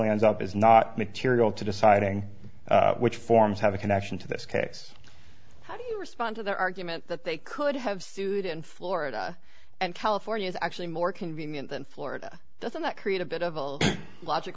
ends up is not material to deciding which forms have a connection to this case how do you respond to their argument that they could have sued in florida and california is actually more convenient than florida doesn't that create a bit of a logic